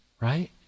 right